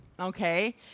Okay